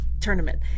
tournament